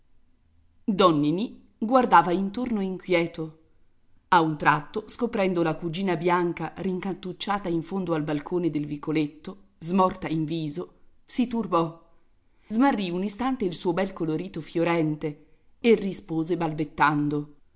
ninì guardava intorno inquieto a un tratto scoprendo la cugina bianca rincantucciata in fondo al balcone del vicoletto smorta in viso si turbò smarrì un istante il suo bel colorito fiorente e rispose balbettando